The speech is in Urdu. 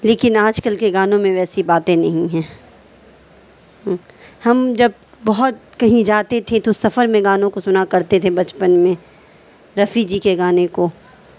لیکن آج کل کے گانوں میں ویسی باتیں نہیں ہے ہم جب بہت کہیں جاتے تھے تو سفر میں گانوں کو سنا کرتے تھے بچپن میں رفیع جی کے گانے کو